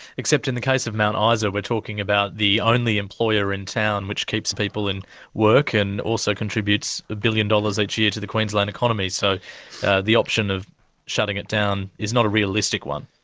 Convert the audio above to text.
except in the case of mount ah isa, we're talking about the only employer in town, which keeps people in work and also contributes a billion dollars each year to the queensland economy, so the option of shutting it down is not a realistic one.